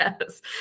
Yes